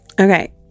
Okay